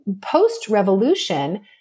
post-revolution